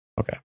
Okay